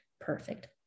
perfect